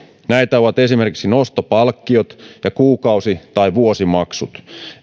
ovat esimerkiksi nostopalkkiot ja kuukausi tai vuosimaksut